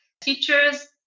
Teachers